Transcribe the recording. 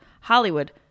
Hollywood